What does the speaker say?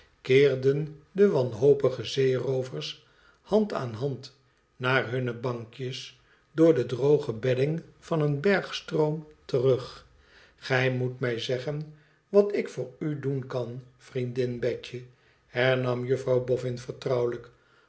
keerden de wanhopige zeeroovers hand aan hand naar hunne bankjes door de droge bedding van een bergstroom terug f gij moet mij zeggen wat ik voor u doen kan vriendin betje hernam juffrouw bofhn vertrouwelijk